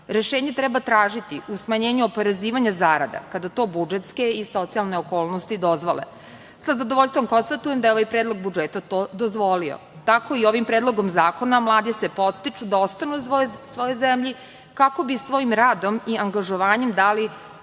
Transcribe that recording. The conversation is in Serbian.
Rešenje treba tražiti u smanjenju oporezivanja zarada kada to budžetske i socijalne okolnosti dozvole. Sa zadovoljstvom konstatujem da je ovaj predlog budžeta to dozvolio. Tako i ovim predlogom zakona mladi se podstiču da ostanu u svojoj zemlji kako bi svojim radom i angažovanjem dali